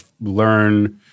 learn